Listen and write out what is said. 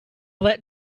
that